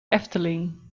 efteling